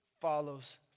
follows